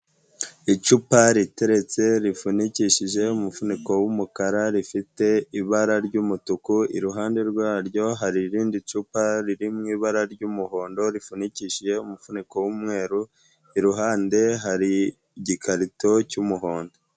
Icupa riteretse rifunikishije umufuniko w'umukara rifite ibara ry'umutuku, iruhande rwaryo hari irindi cupa riri mu ibara ry'umuhondo rifunikishije umufuniko w'umweru, iruhande hari igikarito cy'umuhondo.